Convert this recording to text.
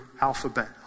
alphabet